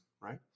Right